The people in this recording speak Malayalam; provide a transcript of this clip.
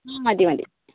ആ മതി മതി